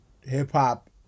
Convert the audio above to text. hip-hop